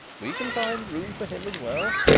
we can find room for him as well.